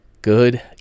good